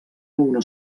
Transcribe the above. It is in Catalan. una